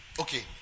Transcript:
Okay